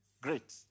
Great